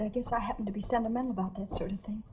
i guess i happen to be sentimental about certain things